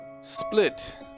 split